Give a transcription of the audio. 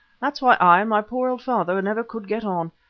that's why i and my poor old father never could get on.